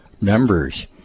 members